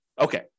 okay